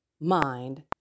mind